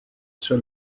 sur